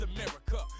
America